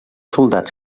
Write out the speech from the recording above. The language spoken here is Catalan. soldats